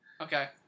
Okay